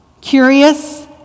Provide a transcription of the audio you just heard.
curious